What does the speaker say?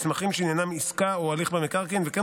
מסמכים שעניינם עסקה או הליך במקרקעין וכן